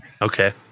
Okay